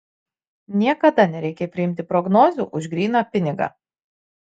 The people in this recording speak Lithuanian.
niekada nereikia priimti prognozių už gryną pinigą